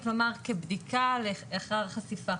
כבדיקה לאחר חשיפה.